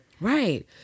Right